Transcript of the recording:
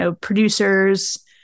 Producers